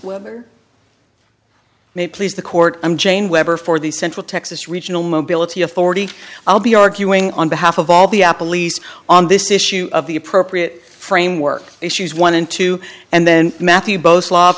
may please the court i'm jane weber for the central texas regional mobility authority i'll be arguing on behalf of all the apple lease on this issue of the appropriate framework issues one and two and then matthew both flop